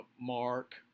mark